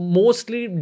mostly